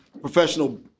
professional